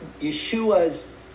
Yeshua's